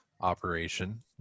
operation